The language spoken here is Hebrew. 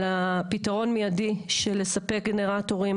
על הפתרון מיידי של לספק גנרטורים,